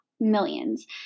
Millions